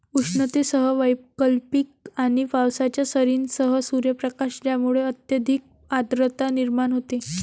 उष्णतेसह वैकल्पिक आणि पावसाच्या सरींसह सूर्यप्रकाश ज्यामुळे अत्यधिक आर्द्रता निर्माण होते